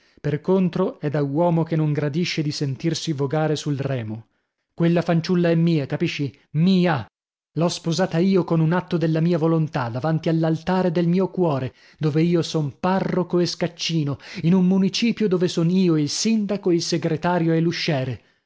per contro è da uomo che non gradisce di sentirsi vogare sul remo quella fanciulla è mia capisci mia l'ho sposata io con un atto della mia volontà davanti all'altare del mio cuore dov'io son parroco e scaccino in un municipio dove son io il sindaco il segretario e